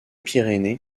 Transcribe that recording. pyrénées